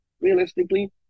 Realistically